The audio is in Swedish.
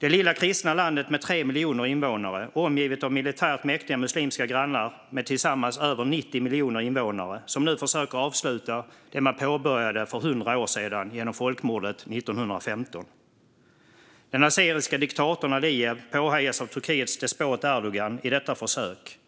Det lilla kristna landet med 3 miljoner invånare är omgivet av militärt mäktiga muslimska grannar med tillsammans över 90 miljoner invånare som nu försöker avsluta det de påbörjade för hundra år sedan genom folkmordet 1915. Den azeriske diktatorn Alijev påhejas av Turkiets despot Erdogan i detta försök.